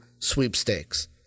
sweepstakes